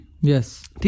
Yes